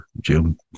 Jim